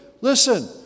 Listen